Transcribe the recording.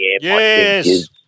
Yes